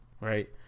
Right